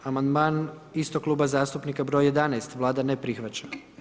Amandman istog kluba zastupnika broj 11, Vlada ne prihvaća.